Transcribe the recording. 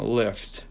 lift